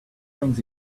brings